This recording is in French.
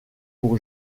pour